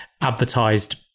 advertised